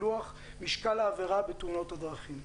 בפילוח משקל העבירה בתאונות הדרכים.